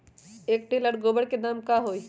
एक टेलर गोबर के दाम का होई?